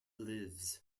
lives